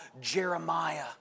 Jeremiah